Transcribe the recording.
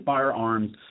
Firearms